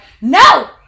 no